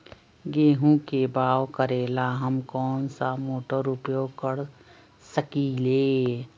गेंहू के बाओ करेला हम कौन सा मोटर उपयोग कर सकींले?